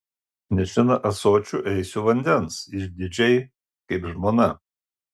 nešina ąsočiu eisiu vandens išdidžiai kaip žmona